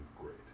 great